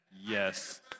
Yes